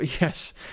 yes